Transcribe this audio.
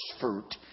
fruit